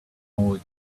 more